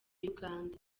uganda